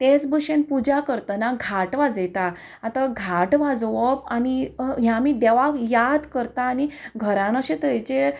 तेच भशेन पुजा करतना घांट वाजयता आतां घांट वाजोवप आनी हें आमी देवाक याद करता आनी घरांत अशे तरेचें